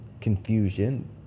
confusion